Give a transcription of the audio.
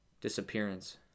disappearance